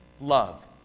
love